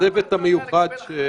הצוות המיוחד שמונה לדון בעניין.